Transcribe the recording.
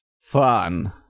fun